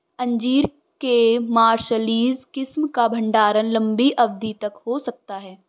अंजीर के मार्सलीज किस्म का भंडारण लंबी अवधि तक हो सकता है